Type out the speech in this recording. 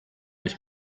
ich